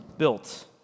built